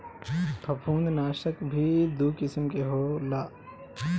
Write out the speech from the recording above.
फंफूदनाशक भी दू किसिम के होला